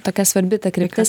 tokia svarbi ta kryptis